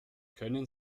können